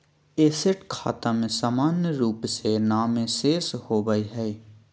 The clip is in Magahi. एसेट खाता में सामान्य रूप से नामे शेष होबय हइ